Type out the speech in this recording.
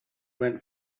went